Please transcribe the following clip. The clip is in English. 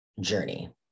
journey